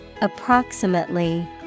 Approximately